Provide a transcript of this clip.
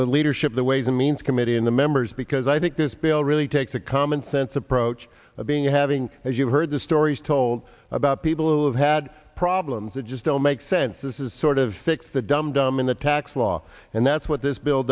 leadership the ways and means committee in the members because i think this bill really takes a commonsense approach of being having as you heard the stories told about people who have had problems that just don't make sense this is sort of fix the dumb dumb in the tax law and that's what this bill